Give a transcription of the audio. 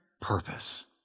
purpose